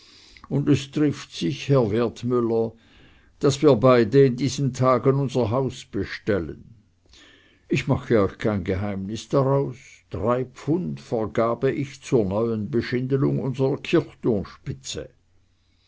und es trifft sich herr wertmüller daß wir beide in diesen tagen unser haus bestellen ich mache euch kein geheimnis daraus drei pfund vergabe ich zur neuen beschindelung unserer kirchturmspitze